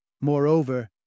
Moreover